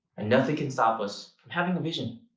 and nothing can stop us from having a vision.